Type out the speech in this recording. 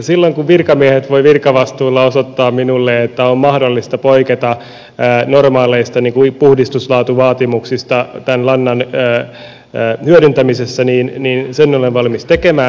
silloin kun virkamiehet voivat virkavastuulla osoittaa minulle että on mahdollista poiketa normaaleista puhdistuslaatuvaatimuksista tämän lannan hyödyntämisessä niin sen olen valmis tekemään